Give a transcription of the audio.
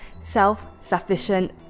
self-sufficient